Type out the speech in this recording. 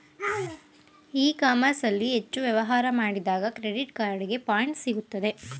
E commerce ಅಲ್ಲಿ ಹೆಚ್ಚು ವ್ಯವಹಾರ ಮಾಡಿದಾಗ ಕ್ರೆಡಿಟ್ ಕಾರ್ಡಿಗೆ ಪಾಯಿಂಟ್ಸ್ ಸಿಗುತ್ತದೆ